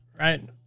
right